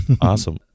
Awesome